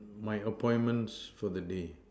my appointment for the day